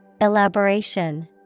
Elaboration